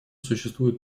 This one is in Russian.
существует